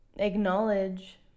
acknowledge